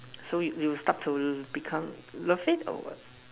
so you you stuck to become the or what